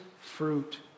fruit